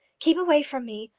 keep away from me!